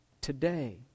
Today